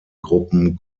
gruppen